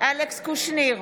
אלכס קושניר,